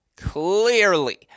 clearly